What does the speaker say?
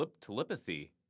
Telepathy